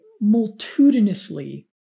multitudinously